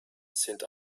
sind